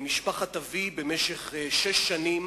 משפחת אבי שהתה במשך שש שנים